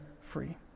free